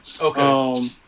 Okay